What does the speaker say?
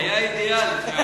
היה אידיאל.